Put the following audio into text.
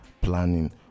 planning